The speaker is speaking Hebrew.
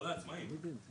לא לעצמאים.